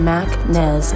MacNez